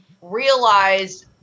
realized